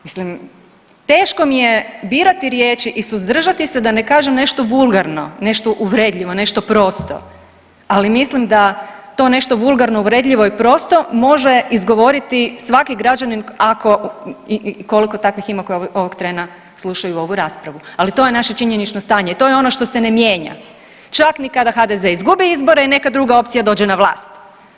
Mislim teško mi je birati riječi i suzdržati se da ne kažem nešto vulgarno, nešto uvredljivo, nešto prosto, ali mislim da to nešto vulgarno, uvredljivo i prosto može izgovoriti svaki građanin ako i koliko takvih ima koji ovog trena slušaju ovu raspravu, ali to je naše činjenično stanje, to je ono što se ne mijenja, čak ni kada HDZ izgubi izbore i neka druga opcija dođe na vlast.